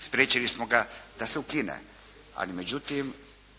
spriječili smo ga da se ukine. Ali međutim,